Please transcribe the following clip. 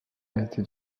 réalité